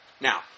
Now